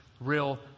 real